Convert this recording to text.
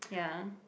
ya